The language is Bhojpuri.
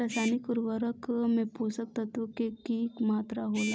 रसायनिक उर्वरक में पोषक तत्व के की मात्रा होला?